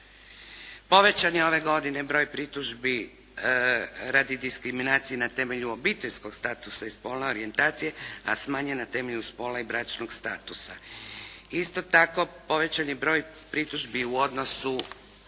Povećan je ove godine broj pritužbi radi diskriminacije na temelju obiteljskog statusa i spolne orijentacije a smanjen na temelju spola i bračnog statusa. Isto tako, povećan je broj pritužbi u odnosu